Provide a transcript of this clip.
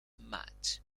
match